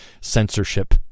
censorship